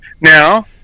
now